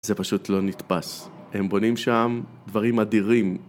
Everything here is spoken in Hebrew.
זה פשוט לא נתפס, הם בונים שם דברים אדירים